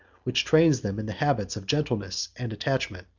which trains them in the habits of gentleness and attachment.